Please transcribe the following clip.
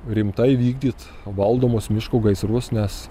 rimtai vykdyt valdomus miškų gaisrus nes